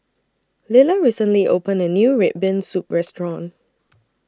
Lila recently opened A New Red Bean Soup Restaurant